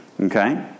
Okay